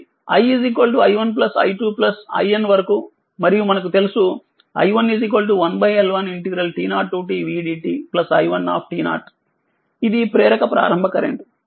iN వరకు మరియు మనకు తెలుసుi1 1L1t0tv dt i1 ఇది ప్రేరకప్రారంభ కరెంట్